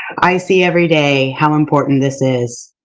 i see every day how important this is.